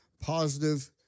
positive